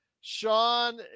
Sean